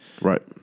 Right